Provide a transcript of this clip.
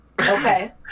Okay